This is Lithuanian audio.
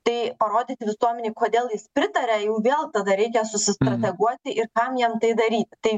tai parodyti visuomenei kodėl jis pritaria jau vėl tada reikia susistrateguoti ir kam jam tai daryti tai